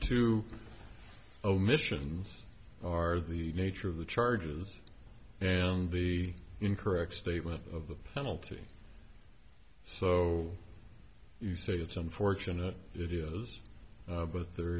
two omissions are the nature of the charges and the incorrect statement of the penalty so you say it's unfortunate it is but there